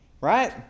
Right